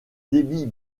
débit